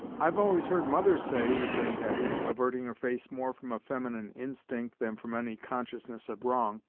i've always heard mother say, returned hetty, averting her face more from a feminine instinct than from any consciousness of wrong,